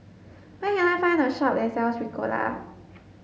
where can I find a shop that sells Ricola